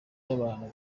y’abantu